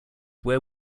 where